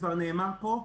שכבר נאמר פה,